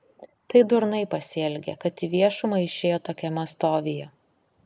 tai durnai pasielgė kad į viešumą išėjo tokiame stovyje